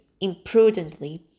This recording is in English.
imprudently